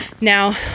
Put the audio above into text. Now